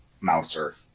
mouser